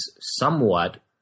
somewhat